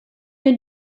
den